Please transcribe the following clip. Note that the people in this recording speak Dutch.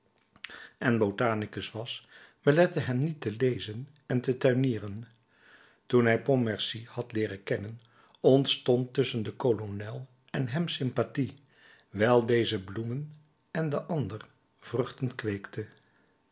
en botanicus was belette hem niet te lezen en te tuinieren toen hij pontmercy had leeren kennen ontstond tusschen den kolonel en hem sympathie wijl deze bloemen en de ander vruchten kweekte